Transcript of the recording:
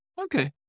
Okay